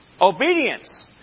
Obedience